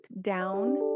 down